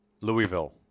Louisville